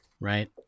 Right